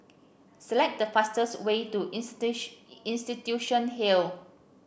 select the fastest way to Institution Hill